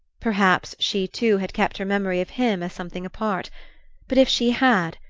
perhaps she too had kept her memory of him as something apart but if she had,